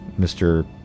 Mr